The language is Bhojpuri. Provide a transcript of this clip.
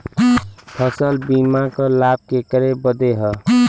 फसल बीमा क लाभ केकरे बदे ह?